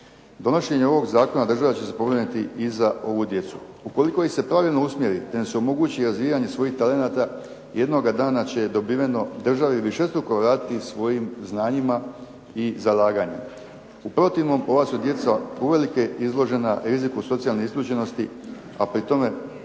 Donošenjem ovog zakona država će se pobrinuti i za ovu djecu. Ukoliko ih se pravilno usmjeri te im se omogući razvijanje svojih talenata, jednoga dana će dobiveno državi višestruko vratiti svojim znanjima i zalaganjima. U protivnom ova su djeca uvelike izložena riziku socijalne isključenosti, a pri tome